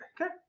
Okay